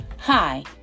Hi